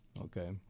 okay